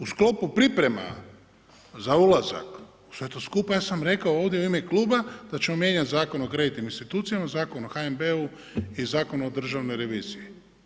U sklopu priprema za ulazak u sve to skupa ja sam rekao ovdje u ime kluba da ćemo mijenjati Zakon o kreditnim institucijama, Zakon o HNB-u i Zakon o državnoj reviziji.